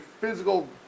physical